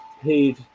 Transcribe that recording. paid